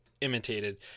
imitated